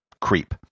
creep